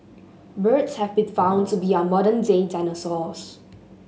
birds have been found to be our modern day dinosaurs